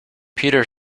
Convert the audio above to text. peter